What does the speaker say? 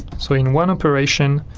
so in one operation,